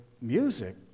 music